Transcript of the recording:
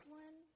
one